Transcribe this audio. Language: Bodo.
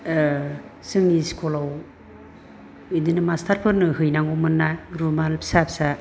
जोंनि स्कुलाव बिदिनो मास्टारफोरनो हैनांगौमोनना रुमाल फिसा फिसा